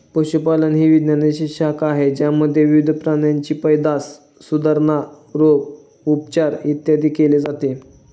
पशुपालन ही विज्ञानाची शाखा आहे ज्यामध्ये विविध प्राण्यांची पैदास, सुधारणा, रोग, उपचार, इत्यादी केले जाते